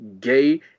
gay